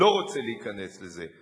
לא רוצה להיכנס לזה,